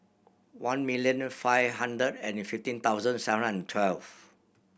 one million five hundred and fifteen thousand seven hundred and twelve